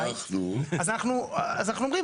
אז אנחנו אומרים,